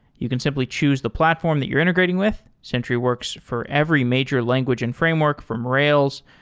you can simply choose the platform that you're integrating with. sentry works for every major language and framework, from rails,